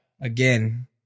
Again